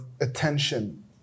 attention